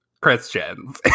Christians